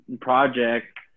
project